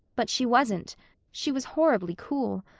but she wasn't she was horribly cool.